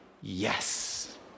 yes